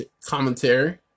commentary